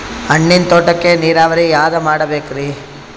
ಹಣ್ಣಿನ್ ತೋಟಕ್ಕ ನೀರಾವರಿ ಯಾದ ಮಾಡಬೇಕ್ರಿ?